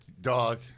dog